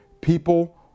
People